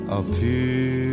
appear